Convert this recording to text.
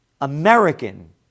American